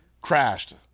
crashed